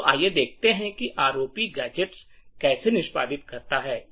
तो आइए देखते हैं कि यह रोप गैजेट्स कैसे निष्पादित करता है